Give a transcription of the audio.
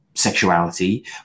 sexuality